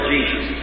Jesus